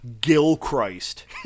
Gilchrist